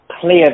clear